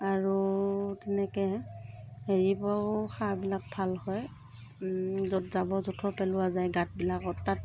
আৰু তেনেকৈ হেৰিৰ পৰাও সাৰবিলাক ভাল হয় য'ত জাবৰ জোথৰ পেলোৱা যায় গাঁতবিলাকত তাত